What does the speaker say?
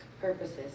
purposes